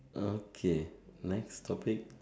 okay next topic